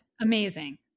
Amazing